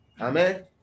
Amen